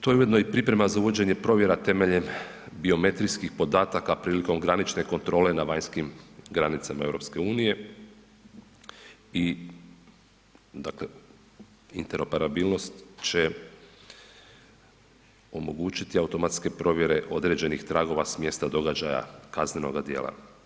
Tu je ujedno i priprema za uvođenje provjera temeljem biometrijskih podataka prilikom granične kontrole na vanjskim granicama EU i interoperabilnost će omogućiti automatske provjere određenih tragova s mjesta događaja kaznenoga djela.